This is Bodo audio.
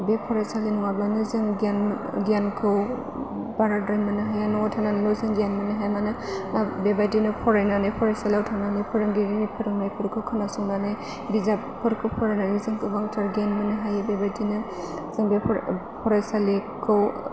बे फरायसालि नङाब्लानो जों गियान गियानखौ बाराद्राय मोननो हाया न'आव थानानैबो जों गियान मोननो हाया मानो बेबायदिनो फरायनानै फरायसालियाव थांनानै फोरोंगिरिनि फोरोंनायफोरखौ खोनासंनानै बिजाबफोरखौ फरायनानै जों गोबांथार गियान मोननो हायो बेबायदिनो जों बेफोर फरायसालिखौ